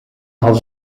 hadden